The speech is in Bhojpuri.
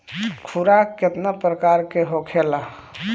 खुराक केतना प्रकार के होखेला?